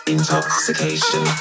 Intoxication